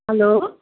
hello